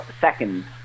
seconds